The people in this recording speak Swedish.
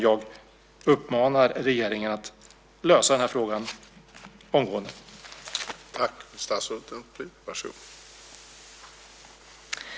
Jag uppmanar regeringen att lösa den här frågan omgående.